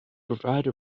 provide